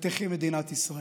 ותחי מדינת ישראל.